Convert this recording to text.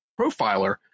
profiler